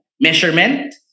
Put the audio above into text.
Measurement